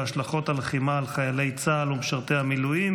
והשלכות הלחימה על חיילי צה"ל ומשרתי המילואים.